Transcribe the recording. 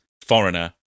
Foreigner